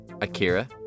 Akira